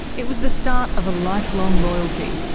it was the start of a life-long loyalty,